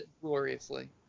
gloriously